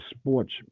sports